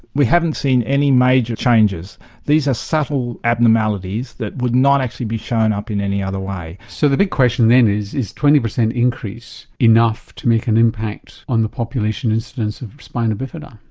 we haven't seen any major changes these are subtle abnormalities that would not actually be shown up in any other way. so the big question then is is twenty percent increase enough to make an impact on the population incidence of spina bifida?